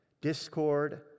Discord